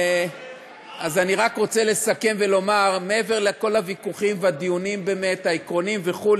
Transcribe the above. אני רק רוצה לסכם ולומר: מעבר לכל הוויכוחים והדיונים העקרוניים וכו',